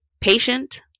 patient